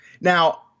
now